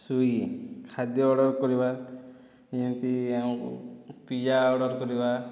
Swiggy ଖାଦ୍ୟ order କରିବା ଯେମିତି ଆମକୁ ପିଜା ଅର୍ଡ଼ର କରିବା